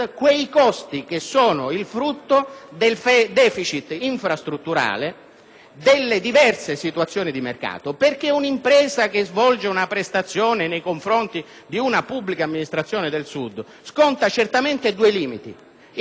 delle diverse situazioni di mercato. Un'impresa che svolge una prestazione nei confronti di una pubblica amministrazione del Sud sconta certamente due limiti: il primo è quello del costo del trasporto e il secondo è quello dell'accesso al credito.